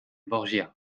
borgia